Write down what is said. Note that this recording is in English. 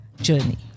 journey